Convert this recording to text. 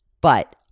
But-